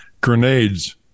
grenades